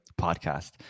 podcast